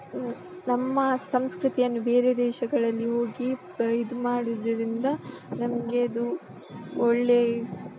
ನಮ್ಮ ಸಂಸ್ಕೃತಿಯನ್ನು ಬೇರೆ ದೇಶಗಳಲ್ಲಿ ಹೋಗಿ ಪ ಇದು ಮಾಡೋದರಿಂದ ನಮಗೆ ಅದು ಒಳ್ಳೆ